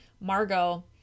Margot